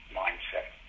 mindset